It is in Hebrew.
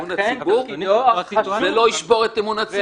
אדוני, זו לא הסיטואציה.